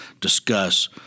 discuss